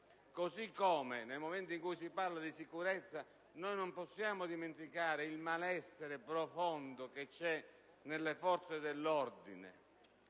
modo, nel momento in cui si parla di sicurezza, non possiamo dimenticare il malessere profondo che c'è nelle forze dell'ordine,